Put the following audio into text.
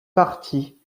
partis